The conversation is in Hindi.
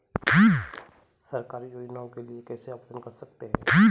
सरकारी योजनाओं के लिए कैसे आवेदन कर सकते हैं?